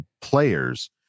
players